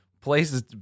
places